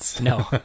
No